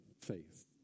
faith